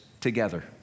together